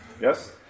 yes